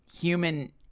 human